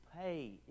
pay